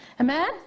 Amen